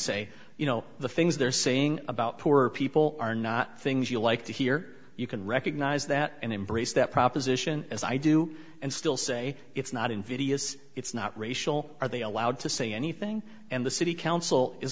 say you know the things they're saying about poor people are not things you like to hear you can recognize that and embrace that proposition as i do and still say it's not invidious it's not racial are they allowed to say anything and the city council is